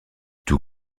tout